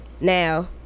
Now